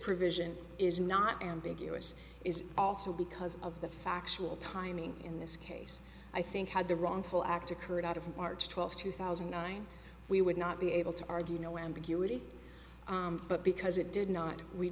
provision is not ambiguous is also because of the factual timing in this case i think had the wrongful act occurred out of march twelfth two thousand and nine we would not be able to argue no ambiguity but because it did not we